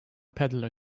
peddler